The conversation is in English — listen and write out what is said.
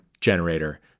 generator